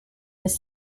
his